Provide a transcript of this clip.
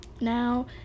Now